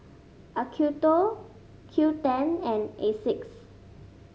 Acuto Qoo ten and Asics